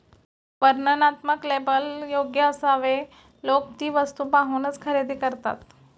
वर्णनात्मक लेबल योग्य असावे लोक ती वस्तू पाहूनच खरेदी करतात